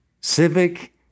civic